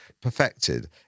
perfected